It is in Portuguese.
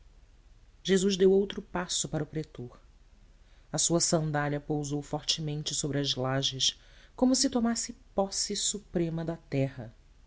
jesus deu outro passo para o pretor a sua sandália pousou fortemente sobre as lajes como se tomasse posse suprema da terra